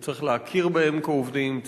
וצריך להכיר בהם כעובדים,